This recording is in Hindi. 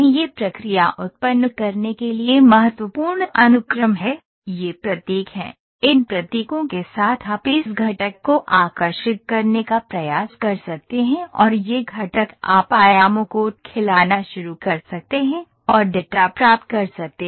यह प्रक्रिया उत्पन्न करने के लिए महत्वपूर्ण अनुक्रम है ये प्रतीक हैं इन प्रतीकों के साथ आप इस घटक को आकर्षित करने का प्रयास कर सकते हैं और यह घटक आप आयामों को खिलाना शुरू कर सकते हैं और डेटा प्राप्त कर सकते हैं